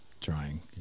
trying